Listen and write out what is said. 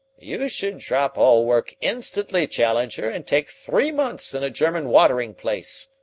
you should drop all work instantly, challenger, and take three months in a german watering-place,